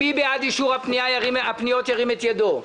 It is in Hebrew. מי בעד אישור הפניות, ירים את ידו.